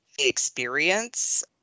experience